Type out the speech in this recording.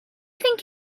think